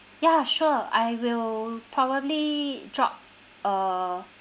ya sure I will probably drop a